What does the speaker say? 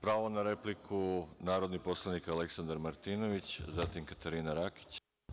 Pravo na repliku, narodni poslanik Aleksandar Martinović, zatim Katarina Rakić.